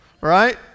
right